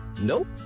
Nope